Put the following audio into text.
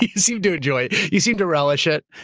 you seem to enjoy, you seem to relish it.